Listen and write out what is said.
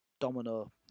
domino